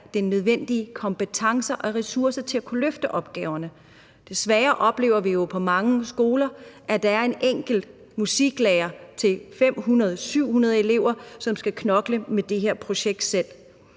den nødvendige kompetence og ressource til at kunne løfte opgaverne. Desværre oplever vi jo på mange skoler, at der kun er en enkelt musiklærer til 500 eller 700 elever, som skal knokle med det her projekt selv.